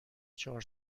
چهار